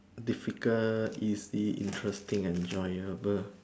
difficult is it interesting and enjoyable